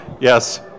Yes